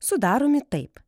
sudaromi taip